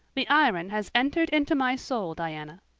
the iron has entered into my soul, diana.